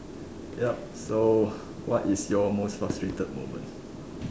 yup so what is your most frustrated moment